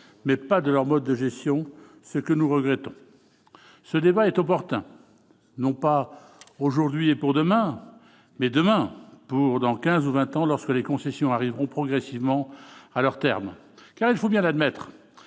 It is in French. mais pas de leur mode de gestion, ce que nous regrettons. Ce débat est opportun non pas aujourd'hui et pour demain, mais demain pour dans quinze ou vingt ans, lorsque les concessions arriveront progressivement à leur terme. Il faut bien l'admettre